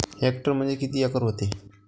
Hectare म्हणजे किती acre व्हते?